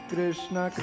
Krishna